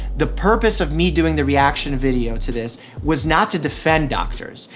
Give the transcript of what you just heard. the purpose of me doing the reaction video to this was not to defend doctors.